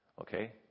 Okay